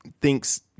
thinks